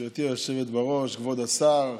גברתי היושבת-ראש, כבוד השר,